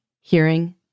hearing